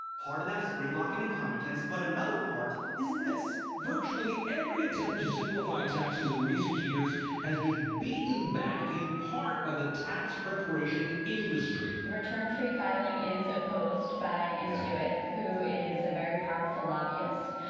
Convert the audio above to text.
part of that is gridlock and incompetence, but another part is this virtually every attempt to simplify taxes in recent years has been beaten back in part by the tax preparation industry. return-free filing is opposed by intuit, who is a very powerful lobbyist.